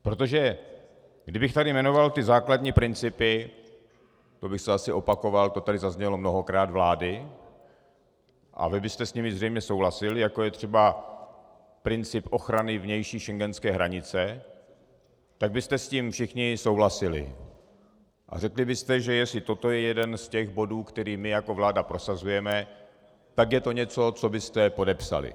Protože kdybych tady jmenoval ty základní principy, to bych se asi opakoval, to tady zaznělo mnohokrát, vlády a vy byste s nimi zřejmě souhlasili, jako je třeba princip ochrany vnější schengenské hranice, tak byste s tím všichni souhlasili a řekli byste, že jestli toto je jeden z těch bodů, který my jako vláda prosazujeme, tak je to něco, co byste podepsali.